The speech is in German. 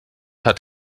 hat